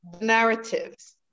narratives